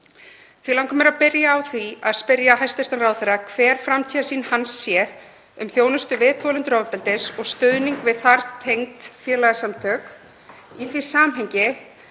Því langar mig að byrja á því að spyrja hæstv. ráðherra hver framtíðarsýn hans sé um þjónustu við þolendur ofbeldis og stuðning við þar tengd félagasamtök. Í því samhengi